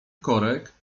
korek